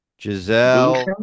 Giselle